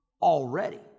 already